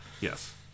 yes